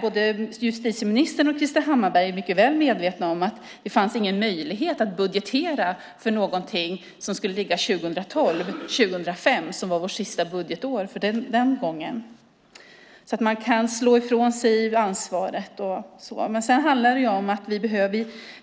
Både justitieministern och Krister Hammarbergh är mycket väl medvetna om att det 2005, som var vårt sista budgetår för den gången, inte fanns någon möjlighet att budgetera för någonting som skulle ligga 2012. Men man kan ju alltid slå ifrån sig ansvaret.